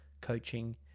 coaching